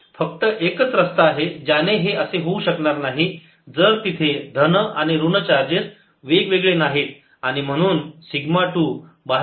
फक्त एकच रस्ता आहे ज्याने हे असे होऊ शकणार नाही जर तिथे धन आणि ऋण चार्जेस वेगवेगळे नाहीत आणि म्हणून सिग्मा टू बाहेरील बाजूला हेसुद्धा 0 आहे